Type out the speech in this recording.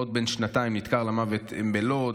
פעוט בן שנתיים נדקר למוות בלוד,